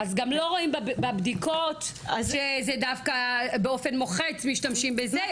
אז גם לא רואים בבדיקות שזה דווקא באופן מוחץ משתמשים בזה,